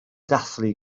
dathlu